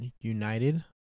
united